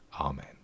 Amen